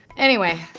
anyway,